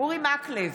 אורי מקלב,